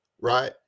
right